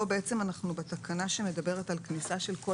כאן בעצם אנחנו בתקנה שמדברת על כניסה של כל